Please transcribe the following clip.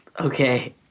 Okay